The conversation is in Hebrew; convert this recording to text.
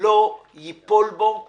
לא ייפול בו רבב.